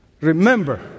Remember